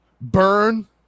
burn